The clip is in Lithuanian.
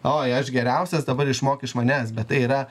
oi aš geriausias dabar išmok iš manęs bet tai yra